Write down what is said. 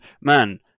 man